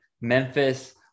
Memphis